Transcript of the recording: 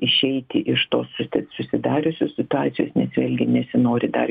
išeiti iš tos susidariusios situacijos nes vėlgi nesinori dar